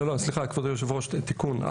סליחה, כבוד היושב-ראש, תיקון.